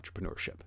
entrepreneurship